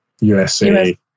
USA